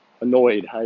annoyed